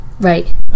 Right